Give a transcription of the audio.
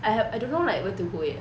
I have I don't know like where to go yet